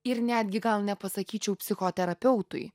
ir netgi gal nepasakyčiau psichoterapeutui